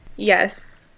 Yes